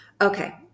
okay